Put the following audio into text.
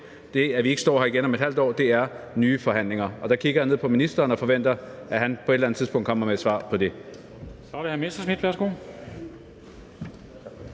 det, så vi ikke står her igen om et halvt år, nemlig nye forhandlinger. Og der kigger jeg ned på ministeren og forventer, at han på et eller andet tidspunkt kommer med et svar på det. Kl. 14:06 Formanden (Henrik